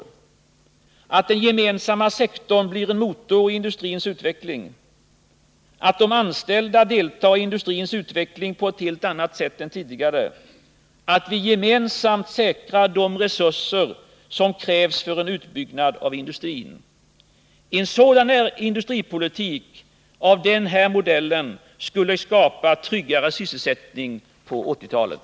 Den skall vidare leda till att den gemensamma sektorn blir en motor i industrins utveckling, att de anställda deltar i industrins utveckling på ett helt annat sätt än tidigare och att vi gemensamt säkrar de resurser som krävs för en utbyggnad av industrin. En politik av den här modellen skulle skapa tryggare sysselsättning på 1980-talet.